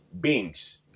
beings